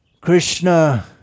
Krishna